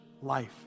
life